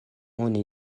oni